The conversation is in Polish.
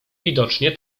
widocznie